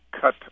cut